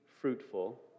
fruitful